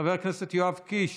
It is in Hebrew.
חבר הכנסת יואב קיש,